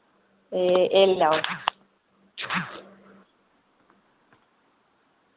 एह् एह् लाओ